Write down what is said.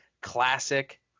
classic